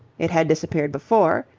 it had disappeared before.